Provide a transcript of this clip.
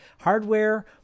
Hardware